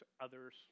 others